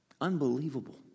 Unbelievable